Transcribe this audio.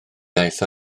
iaith